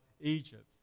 Egypt